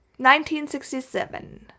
1967